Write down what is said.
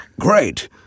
Great